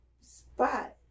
spot